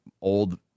old